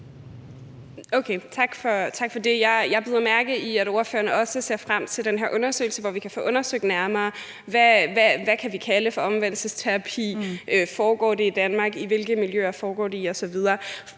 tak for det. Jeg bider mærke i, at ordføreren også ser frem til den her undersøgelse, hvor vi kan få undersøgt nærmere, hvad vi kan kalde for omvendelsesterapi. Foregår det i Danmark? I hvilke miljøer foregår det osv.?